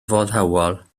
foddhaol